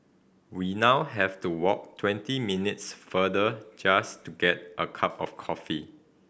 we now have to walk twenty minutes further just to get a cup of coffee